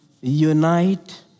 unite